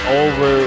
over